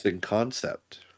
concept